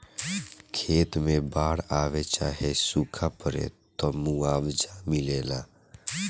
खेत मे बाड़ आवे चाहे सूखा पड़े, त मुआवजा मिलेला